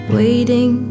waiting